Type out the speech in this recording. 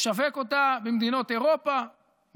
משווק אותה במדינות אירופה,